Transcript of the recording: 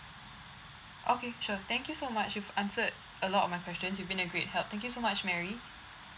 okay sure thank you so much you've answered a lot of my questions you've been a great help thank you so much mary